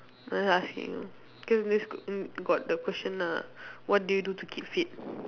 just asking cause this err got the question ah what do you do to keep fit